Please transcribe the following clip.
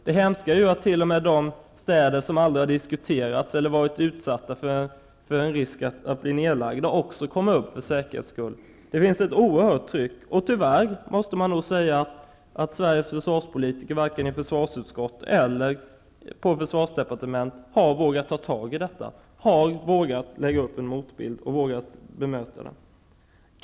Det hemska är att t.o.m. de städer som aldrig har diskuterats eller varit utsatta för nedläggningsrisker också kommer upp för säkerhets skull. Det finns ett oerhört tryck här. Tyvärr måste man nog säga att Sveriges försvarspolitiker, varken i försvarsutskott eller på försvarsdepartementet har vågat ta tag i detta. De har inte vågat lägga upp motbild och bemöta detta.